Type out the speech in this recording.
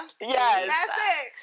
Yes